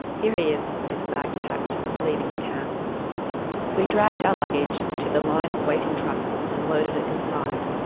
here he is, with his bags packed, leaving the camp we dragged our luggage to the line of waiting trucks and loaded it inside.